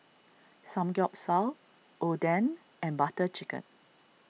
Samgyeopsal Oden and Butter Chicken